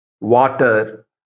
water